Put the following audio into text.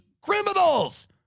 criminals